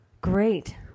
great